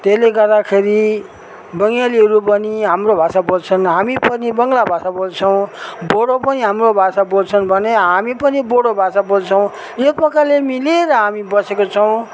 त्यसले गर्दाखेरि बङ्गालीहरू पनि हाम्रो भाषा बोल्छन् हामी पनि बङ्गला भाषा बोल्छौँ बोडो पनि हाम्रो भाषा बेल्छन् भने हामी पनि बोडो भाषा बोल्छौँ यो प्रकारले मिलेर हामी बसेका छौँ